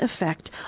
effect